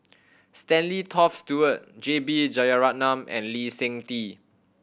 Stanley Toft Stewart J B Jeyaretnam and Lee Seng Tee